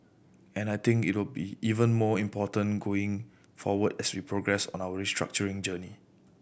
and I think it will be even more important going forward as we progress on our restructuring journey